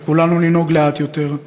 על כולנו לנהוג לאט יותר,